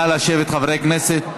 נא לשבת, חברי הכנסת.